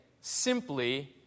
simply